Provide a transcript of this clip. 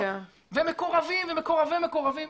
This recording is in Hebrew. ומקורבים ומקורבי מקורבים.